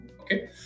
okay